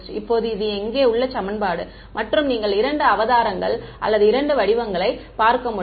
இப்போது இது இங்கே உள்ள சமன்பாடு மற்றும் நீங்கள் இரண்டு அவதாரங்கள் அல்லது இரண்டு வடிவங்களை பார்க்க முடியும்